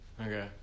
okay